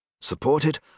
supported